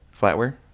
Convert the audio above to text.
Flatware